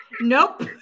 Nope